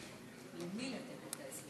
למי לתת 20 דקות?